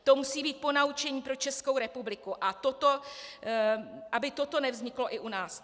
To musí být ponaučení pro Českou republiku, aby toto nevzniklo i u nás.